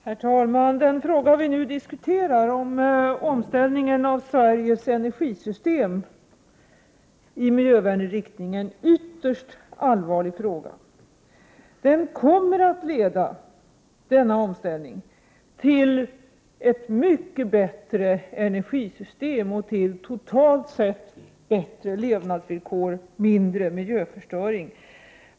Herr talman! Den fråga vi nu diskuterar, om omställningen av Sveriges energisystem i miljövänlig riktning, är en ytterst allvarlig fråga. Denna omställning kommer att leda till ett mycket bättre energisystem och till totalt sett bättre levnadsvillkor och mindre miljöförstöring.